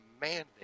demanding